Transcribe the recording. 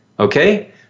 Okay